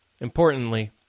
Importantly